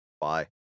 Bye